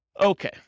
Okay